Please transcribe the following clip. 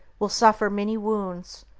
will suffer many wounds,